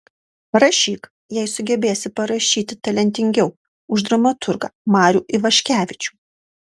rašyk jei sugebėsi parašyti talentingiau už dramaturgą marių ivaškevičių